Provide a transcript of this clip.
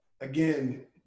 again